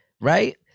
right